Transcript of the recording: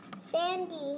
Sandy